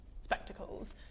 spectacles